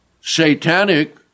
satanic